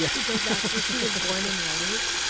yeah because that's where she was born and raised.